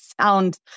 sound